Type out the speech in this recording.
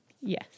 Yes